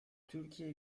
türkiye